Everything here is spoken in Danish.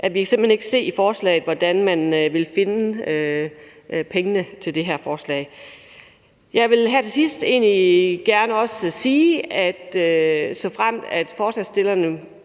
at vi simpelt hen ikke ud af forslaget kan se, hvordan man vil finde pengene til det her forslag. Jeg vil her til sidst også gerne sige, at vi, såfremt forslagsstillerne